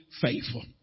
faithful